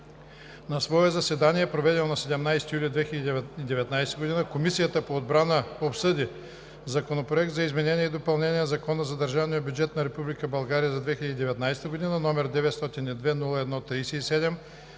На свое заседание, проведено на 17 юли 2019 г., Комисията по отбрана обсъди Законопроект за изменение и допълнение на Закона за държавния бюджет на Република България за 2019 г., № 902-01-37,